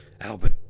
Albert